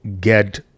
get